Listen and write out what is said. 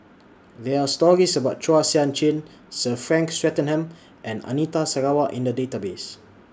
There Are stories about Chua Sian Chin Sir Frank Swettenham and Anita Sarawak in The Database